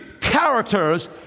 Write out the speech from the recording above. characters